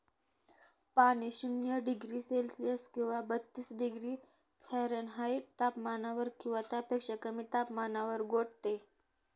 पाणी शून्य degree Celsius किंवा बत्तीस डिग्री फॅरेनहाईट तापमानावर किंवा त्यापेक्षा कमी तापमानावर गोठते